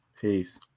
Peace